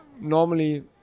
normally